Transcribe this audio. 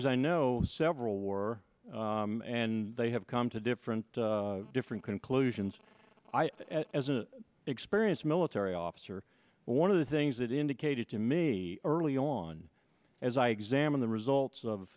as i know several war and they have come to different different conclusions i as an experienced military officer one of the things that indicated to me early on as i examine the results of